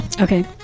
Okay